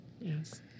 Yes